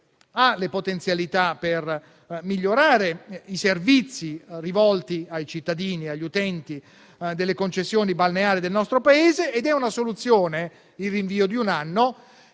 ha le potenzialità per migliorare i servizi rivolti ai cittadini e agli utenti delle concessioni balneari del nostro Paese. Il rinvio di un anno